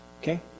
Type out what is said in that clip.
Okay